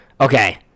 Okay